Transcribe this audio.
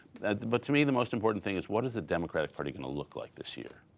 but, to me, the most important thing is, what is the democratic party going to look like this year?